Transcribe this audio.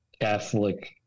Catholic